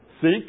Seek